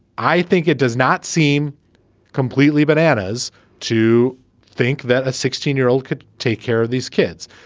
i think it does not seem completely bananas to think that a sixteen year old could take care of these kids.